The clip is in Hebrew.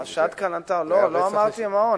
לא אמרתי מעון.